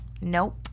Nope